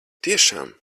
tiešām